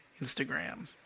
Instagram